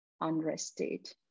unrested